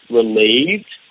relieved